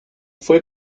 fue